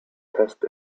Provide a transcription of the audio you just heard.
test